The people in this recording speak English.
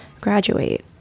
graduate